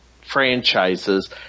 franchises